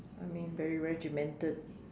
I mean very regimented